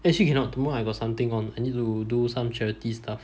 actually cannot tomorrow I got something on I need to do some charity stuff